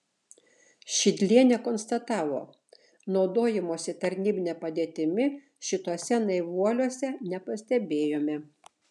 šidlienė konstatavo naudojimosi tarnybine padėtimi šituose naivuoliuose nepastebėjome